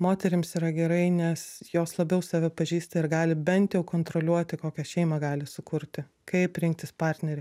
moterims yra gerai nes jos labiau save pažįsta ir gali bent jau kontroliuoti kokią šeimą gali sukurti kaip rinktis partnerį